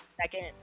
second